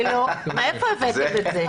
כאילו מאיפה הבאתם את זה?